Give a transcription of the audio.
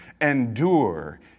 Endure